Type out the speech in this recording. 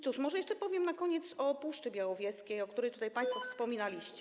Cóż, może jeszcze powiem na koniec o Puszczy Białowieskiej, o której tutaj państwo wspominaliście.